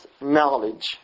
knowledge